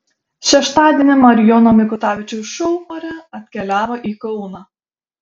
šeštadienį marijono mikutavičiaus šou ore atkeliavo į kauną